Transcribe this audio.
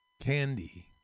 candy